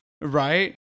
Right